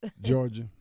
Georgia